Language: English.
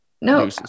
No